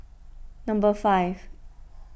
number five